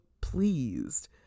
pleased